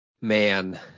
Man